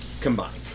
combined